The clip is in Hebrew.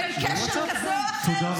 -- בין קשר כזה או אחר,